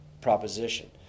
proposition